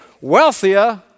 wealthier